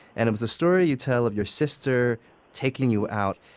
and it's a story you tell of your sister taking you out,